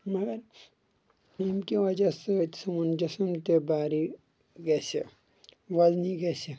مگر ییٚمہِ کہِ وجہ سۭتۍ سون جسٕم تہِ باری گژھِ وزنی گژھِ